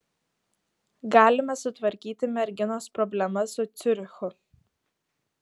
galime sutvarkyti merginos problemas su ciurichu